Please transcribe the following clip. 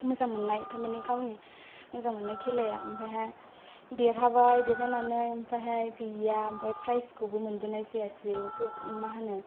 मोजां मोननाय थारमानि गावनि मोजां मोननाय खेलाया ओमफायहाय देरहाबाय देरहानानै ओमफायहाय गैया ओमफाय प्राइजखौबो मोनबोनाय जायासै मा होनो